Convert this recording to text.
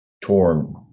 torn